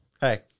Hey